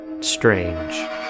Strange